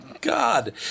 God